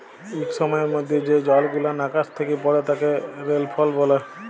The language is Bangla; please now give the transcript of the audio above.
ইক সময়ের মধ্যে যে জলগুলান আকাশ থ্যাকে পড়ে তাকে রেলফল ব্যলে